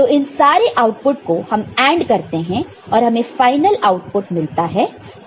तो इन सारे आउटपुट को हम AND करते हैं और हमें फाइनल आउटपुट मिलता है